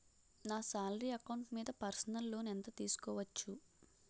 నా salary account మీద personal loan ఎంత తీసుకోవచ్చు?